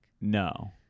no